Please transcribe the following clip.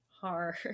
hard